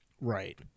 Right